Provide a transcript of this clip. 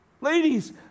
Ladies